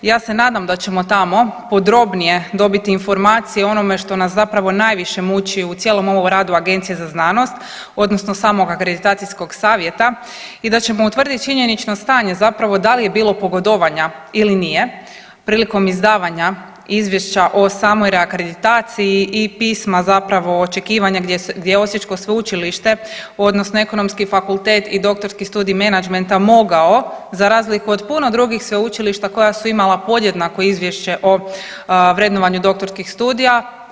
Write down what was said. Ja se nadam da ćemo tamo podrobnije dobiti informacije o onome što nas zapravo najviše muči u cijelom ovom radu Agencije za znanost, odnosno samog akreditacijskog savjeta i da ćemo utvrditi činjenično stanje zapravo da li je bilo pogodovanja ili nije prilikom izdavanja izvješća o samoj reakreditaciji i pisma zapravo očekivanja gdje osječko sveučilište, odnosno Ekonomski fakultet i doktorski studij menadžmenta mogao za razliku od puno drugih sveučilišta koja su imala podjednako izvješće o vrednovanju doktorskih studija.